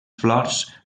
flors